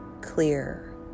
clear